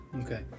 okay